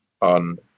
on